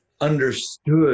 understood